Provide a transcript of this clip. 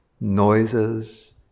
noises